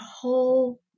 whole